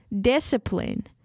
Discipline